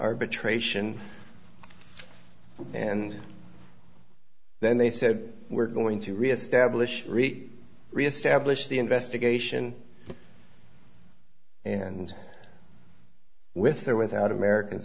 arbitration and then they said we're going to reestablish reestablish the investigation and with or without american